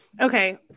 Okay